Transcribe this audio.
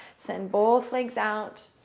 send both legs out.